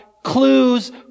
Clues